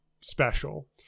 special